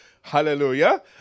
hallelujah